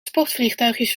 sportvliegtuigjes